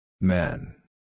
Men